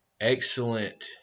excellent